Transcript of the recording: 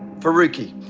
faruqi.